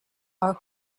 are